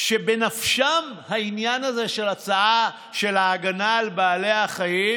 שבנפשם העניין הזה של ההגנה על בעלי החיים